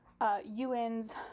UN's